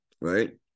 right